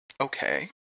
okay